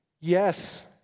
Yes